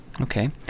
Okay